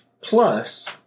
Plus